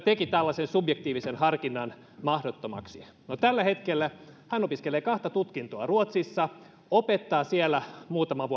teki tällaisen subjektiivisen harkinnan mahdottomaksi tällä hetkellä hän opiskelee kahta tutkintoa ruotsissa opettaa siellä muutaman